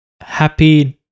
happy